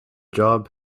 job